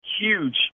huge